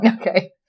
Okay